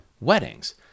weddings